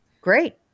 Great